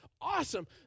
awesome